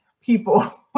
people